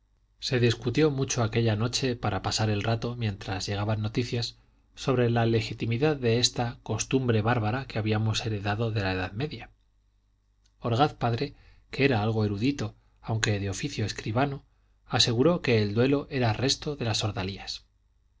se discutió mucho aquella noche para pasar el rato mientras llegaban noticias sobre la legitimidad de esta costumbre bárbara que habíamos heredado de la edad media orgaz padre que era algo erudito aunque de oficio escribano aseguró que el duelo era resto de las